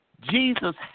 Jesus